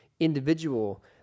individual